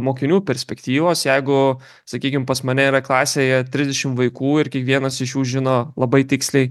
mokinių perspektyvos jeigu sakykim pas mane yra klasėje trisdešim vaikų ir kiekvienas iš jų žino labai tiksliai